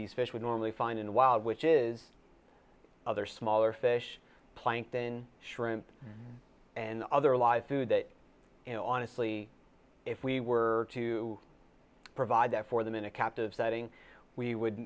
these fish would normally find in the wild which is other smaller fish plankton shrimp and other live food that you know honestly if we were to provide that for them in a captive setting we would